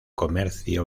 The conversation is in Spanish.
comercio